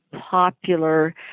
popular